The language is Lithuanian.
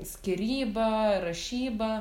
skyryba rašyba